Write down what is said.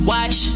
Watch